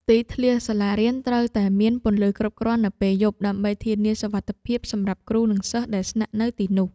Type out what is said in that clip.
ទីធ្លាសាលារៀនត្រូវតែមានពន្លឺគ្រប់គ្រាន់នៅពេលយប់ ដើម្បីធានាសុវត្ថិភាពសម្រាប់គ្រូនិងសិស្សដែលស្នាក់នៅទីនោះ។